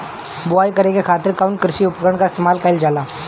बुआई करे खातिर कउन कृषी उपकरण इस्तेमाल कईल जाला?